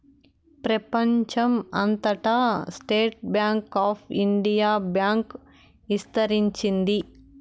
ప్రెపంచం అంతటా state bank of India bank ఇస్తరించింది